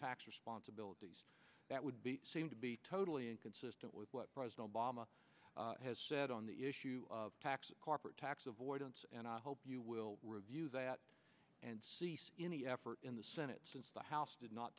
tax responsibilities that would be seen to be totally inconsistent with what president obama has said on the issue of tax corporate tax avoidance and i hope you will review that and cease any effort in the senate since the house did not